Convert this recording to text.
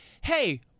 hey